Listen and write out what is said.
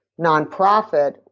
nonprofit